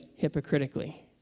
hypocritically